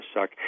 suck